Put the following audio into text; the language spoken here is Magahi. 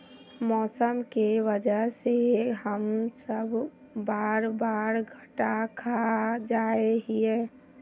मौसम के वजह से हम सब बार बार घटा खा जाए हीये?